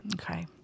Okay